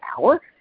hour